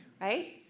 right